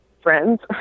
friends